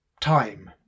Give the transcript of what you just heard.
time